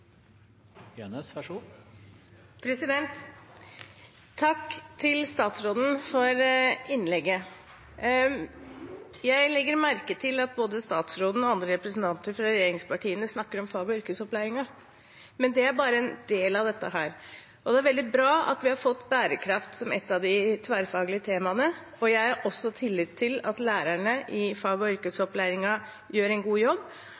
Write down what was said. innlegget. Jeg legger merke til at både statsråden og andre representanter fra regjeringspartiene snakker om fag- og yrkesopplæringen, men det er bare en del av dette. Det er veldig bra at vi har fått bærekraft som et av de tverrfaglige temaene, og jeg har tillit til at lærerne i fag- og yrkesopplæringen gjør en god jobb.